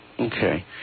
Okay